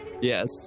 Yes